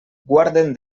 guarden